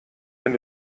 wenn